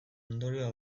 ondorioa